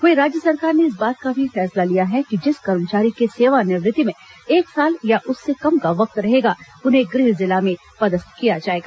वहीं राज्य सरकार ने इस बात का भी फैसला लिया है कि जिस कर्मचारी के सेवानिवृत्त में एक साल या उससे कम का वक्त रहेगा उन्हें गृह जिला में पदस्थ किया जाएगा